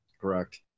Correct